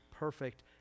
perfect